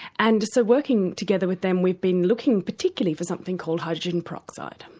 and so working together with them we've been looking particularly for something called hydrogen peroxide,